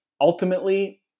ultimately